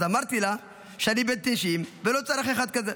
אז אמרתי לה שאני בן 90 ולא צריך אחד כזה,